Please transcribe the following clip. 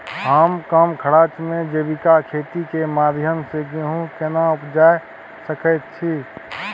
हम कम खर्च में जैविक खेती के माध्यम से गेहूं केना उपजा सकेत छी?